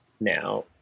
Now